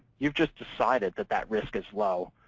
you've just decided that that risk is low,